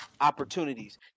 opportunities